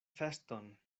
feston